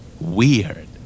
Weird